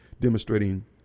demonstrating